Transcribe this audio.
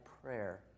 Prayer